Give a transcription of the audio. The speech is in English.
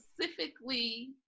specifically